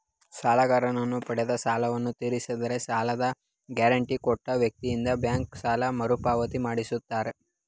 ಸಾಲಗಾರನು ಪಡೆದ ಸಾಲವನ್ನು ತೀರಿಸದಿದ್ದರೆ ಸಾಲದ ಗ್ಯಾರಂಟಿ ಕೊಟ್ಟ ವ್ಯಕ್ತಿಯಿಂದ ಬ್ಯಾಂಕ್ ಸಾಲ ಮರುಪಾವತಿ ಮಾಡಿಸುತ್ತಾರೆ